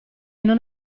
non